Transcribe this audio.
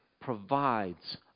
provides